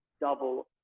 double